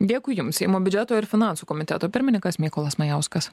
dėkui jums seimo biudžeto ir finansų komiteto pirmininkas mykolas majauskas